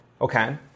okay